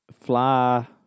fly